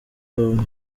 ubu